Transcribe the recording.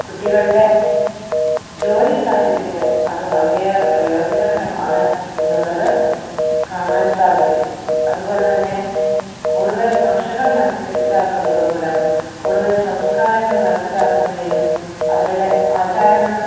കുട്ടികളുടെ ജോലി സാധ്യതയ്ക്ക് അത് വളരെയേറെ പ്രയോജനകരമാണ് എന്നുള്ളത് കാണാൻ സാധിക്കും അതുപോലെ തന്നെ കൂടുതൽ ഭാഷകൾ മനസ്സിലാക്കുന്നതുമൂലം കൂടുതൽ സംസ്കാരങ്ങൾ മനസ്സിലാക്കുന്നതിനും അവരുടെ ആചാരങ്ങളും